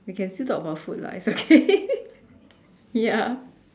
we can still talk about food lah it's okay ya